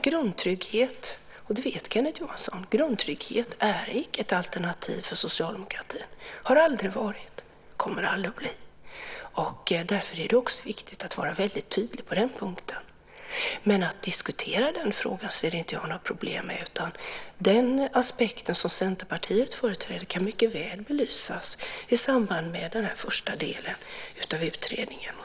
Grundtrygghet - det vet Kenneth Johansson - är inte ett alternativ för socialdemokratin, har aldrig varit och kommer aldrig att bli. Därför är det också viktigt att vara väldigt tydlig på den punkten. Men att diskutera den frågan ser jag inget problem med. Den aspekt som Centerpartiet företräder kan mycket väl belysas i samband med den första delen av utredningen.